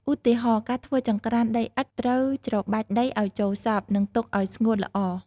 ឧទាហរណ៍ ការធ្វើចង្ក្រានដីឥដ្ឋ ត្រូវច្របាច់ដីឲ្យចូលសព្វ និងទុកឲ្យស្ងួតល្អ។